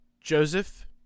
Joseph